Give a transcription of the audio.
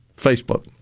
Facebook